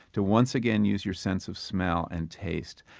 to once again use your sense of smell and taste.